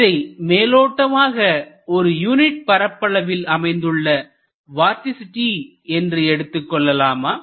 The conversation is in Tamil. இதை மேலோட்டமாக ஓர் யூனிட் பரப்பளவில் அமைந்துள்ள வார்டிசிட்டி என்று எடுத்துக்கொள்ளலாமா